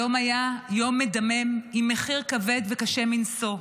היום היה יום מדמם, עם מחיר כבד וקשה מנשוא,